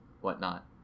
whatnot